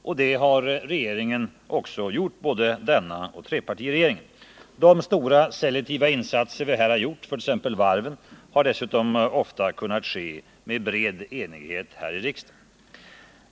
Både denna regering och trepartiregeringen har också gjort detta. De stora selektiva insatser som vi här har gjort,t.ex. för varven, har dessutom ofta kunnat vidtas i stor enighet här i riksdagen.